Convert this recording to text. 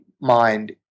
mind